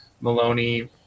Maloney